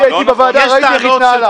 אני הייתי בוועדה, ראיתי איך היא התנהלה.